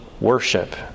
worship